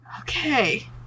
okay